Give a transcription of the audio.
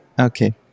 Okay